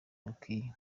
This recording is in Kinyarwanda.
bikwiye